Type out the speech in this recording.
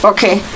Okay